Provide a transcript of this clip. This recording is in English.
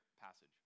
passage